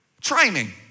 training